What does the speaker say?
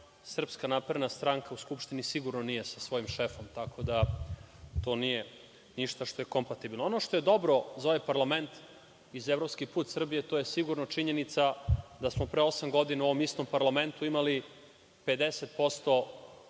sa kadrovima, SNS u Skupštini sigurno nije sa svojim šefom, tako da, to nije ništa što je kompatibilno. Ono što je dobro za ovaj parlament i za evropski put Srbije, to je sigurno činjenica da smo pre osam godina u ovom istom parlamentu imali 50%